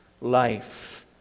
life